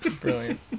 Brilliant